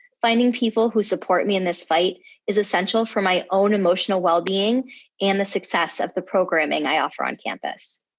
finding people who support me in this fight is essential for my own emotional well-being and the success of the programming i offer on campus.